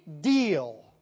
deal